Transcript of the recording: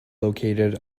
located